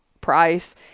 price